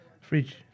Fridge